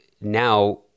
now